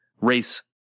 race